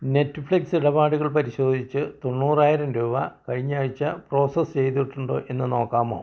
Netflix ഇടപാടുകൾ പരിശോധിച്ച് തൊണ്ണൂറായിരം രൂപ കഴിഞ്ഞ ആഴ്ച പ്രോസസ്സ് ചെയ്തിട്ടുണ്ടോ എന്ന് നോക്കാമോ